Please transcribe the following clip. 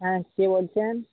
হ্যাঁ কে বলছেন